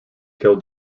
kill